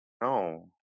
No